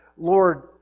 Lord